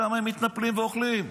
שם הם מתנפלים ואוכלים.